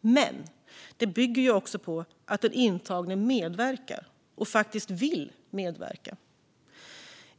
Men det bygger också på att den intagne medverkar och faktiskt vill medverka.